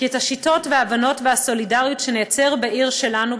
כי את השיטות וההבנות והסולידריות שנייצר בעיר שלנו,